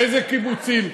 איזה קיבוצים.